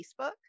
Facebook